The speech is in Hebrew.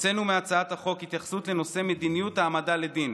הוצאנו מהצעת החוק התייחסות לנושא מדיניות ההעמדה לדין.